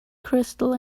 crystal